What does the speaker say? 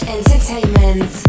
Entertainment